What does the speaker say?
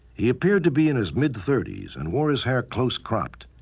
he appeared to be in his mid-thirties and wore his hair close cropped.